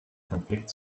konflikt